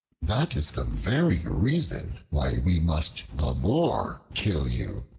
that is the very reason why we must the more kill you,